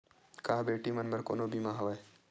का बेटी मन बर कोनो बीमा हवय?